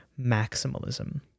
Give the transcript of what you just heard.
Maximalism